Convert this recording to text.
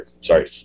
sorry